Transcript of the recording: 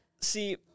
See